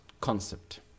concept